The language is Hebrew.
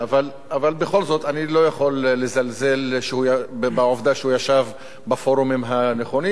אבל בכל זאת אני לא יכול לזלזל בעובדה שהוא ישב בפורומים הנכונים.